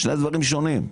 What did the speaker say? שני דברים שונים.